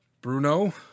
Bruno